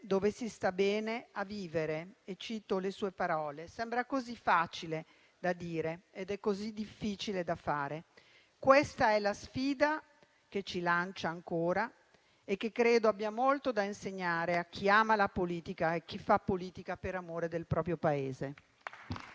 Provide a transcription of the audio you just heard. dove si sta bene a vivere e, citando le sue parole, sembra così facile da dire ed è così difficile da fare. Questa è la sfida che ci lancia ancora e che credo abbia molto da insegnare a chi ama la politica e a chi fa politica per amore del proprio Paese.